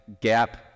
gap